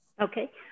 Okay